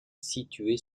situés